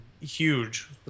Huge